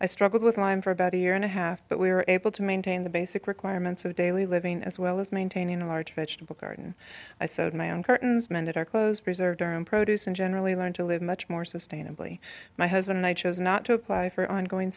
i struggled with lyme for about a year and a half but we were able to maintain the basic requirements of daily living as well as maintaining a large vegetable garden i sewed my own curtains mended our clothes preserved our own produce and generally learned to live much more sustainably my husband and i chose not to apply for ongoing